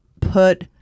put